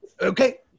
Okay